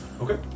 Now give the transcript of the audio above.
Okay